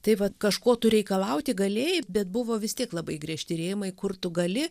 tai vat kažko tu reikalauti galėjai bet buvo vis tiek labai griežti rėmai kur tu gali